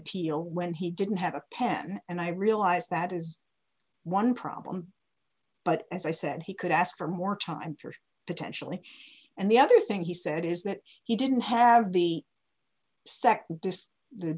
appeal when he didn't have a pen and i realize that is one problem but as i said he could ask for more time for potentially and the other thing he said is that he didn't have the